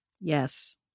Yes